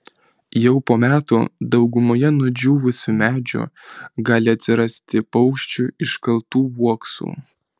jau po metų daugumoje nudžiūvusių medžių gali atsirasti paukščių iškaltų uoksų